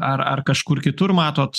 ar ar kažkur kitur matot